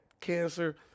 cancer